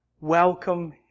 welcome